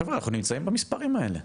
חבר'ה, אנחנו נמצאים במספרים האלה,